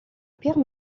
pire